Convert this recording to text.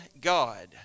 God